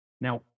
Now